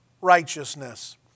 righteousness